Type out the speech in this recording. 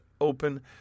open